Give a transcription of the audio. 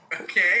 Okay